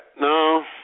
No